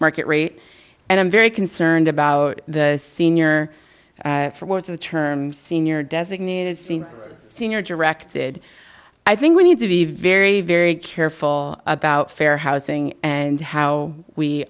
market rate and i'm very concerned about the senior for wards the term senior designate is the senior directed i think we need to be very very careful about fair housing and how we